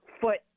foot